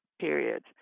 period